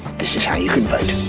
this is how you can but